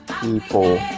people